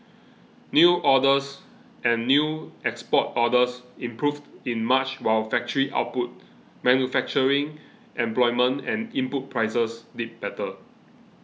new orders and new export orders improved in March while factory output manufacturing employment and input prices did better